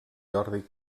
jordi